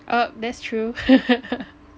uh that's true